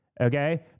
okay